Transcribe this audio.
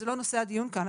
זה לא הדיון כאן,